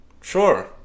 Sure